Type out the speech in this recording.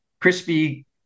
Crispy